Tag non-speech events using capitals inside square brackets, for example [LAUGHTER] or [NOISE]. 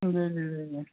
[UNINTELLIGIBLE]